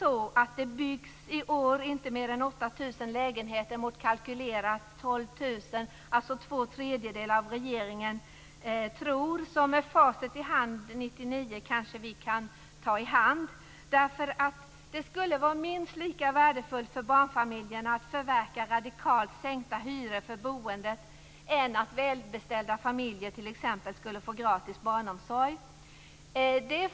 Dessutom byggs det i år inte mer än 8 000 lägenheter mot kalkylerade 12 000, alltså två tredjedelar av det regeringen tror. Med facit i hand 1999 kanske vi kan ta i hand. Det skulle vara minst lika värdefullt för barnfamiljerna att förverka radikalt sänkta hyror för boendet än att t.ex. välbeställda familjer skulle få gratis barnomsorg.